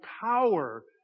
power